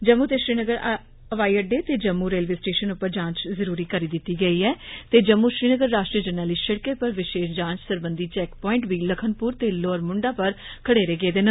जम्मू ते कश्मीर हवाई अड्डे ते जम्मू रेलवे स्टेशन उप्पर जांच जरूरी करी दिती गेई ऐ ते जम्मू श्रीनगर राश्ट्रीय जरनैली शि डकै परा विषेश जांच सरबंधी चैक पोस्ट बी लक्खनपुर ते लोअर मुण्डा वर खडेरे गेदे न